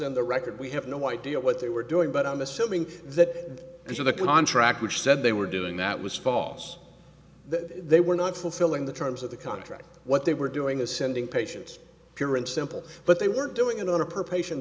on the record we have no idea what they were doing but i'm assuming that because of the contract which said they were doing that was false that they were not fulfilling the terms of the contract what they were doing is sending patients pure and simple but they were doing it on a per patient